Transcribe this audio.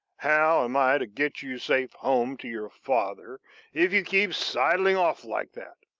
how am i to get you safe home to your father if you keep sidling off like that?